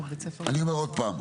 אני אומר עוד פעם,